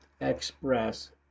express